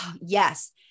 yes